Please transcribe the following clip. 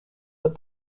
but